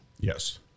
yes